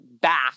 back